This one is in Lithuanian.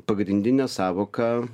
pagrindinė sąvoka